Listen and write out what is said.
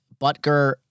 Butker